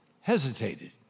hesitated